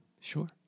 Sure